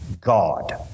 God